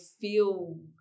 feel